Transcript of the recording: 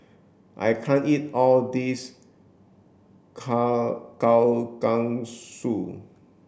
I can't eat all this